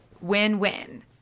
Win-win